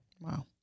Wow